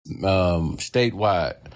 statewide